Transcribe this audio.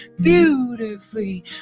beautifully